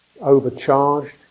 overcharged